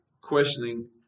questioning